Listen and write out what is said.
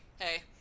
Hey